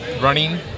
running